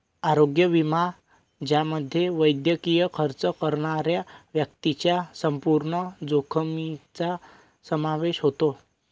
आरोग्य विमा ज्यामध्ये वैद्यकीय खर्च करणाऱ्या व्यक्तीच्या संपूर्ण जोखमीचा समावेश होतो